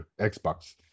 xbox